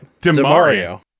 Demario